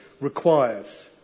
requires